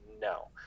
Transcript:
No